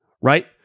right